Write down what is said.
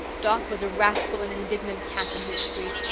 doc was a wrathful and indignant cat when he was freed.